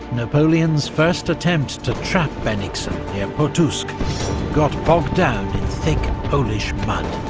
napoleon's first attempt to trap bennigsen near pultusk got bogged down in thick polish mud.